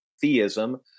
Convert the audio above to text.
Theism